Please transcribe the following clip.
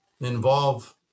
involve